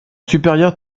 supérieur